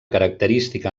característica